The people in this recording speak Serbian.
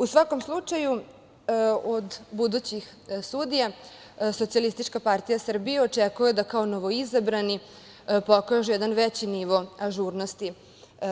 U svakom slučaju, od budućih sudija SPS očekuje da kao novoizabrani pokažu jedan veći nivo ažurnosti